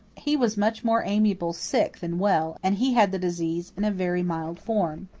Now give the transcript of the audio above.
he was much more amiable sick than well, and he had the disease in a very mild form.